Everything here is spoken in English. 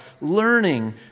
learning